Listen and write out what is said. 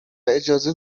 اجازه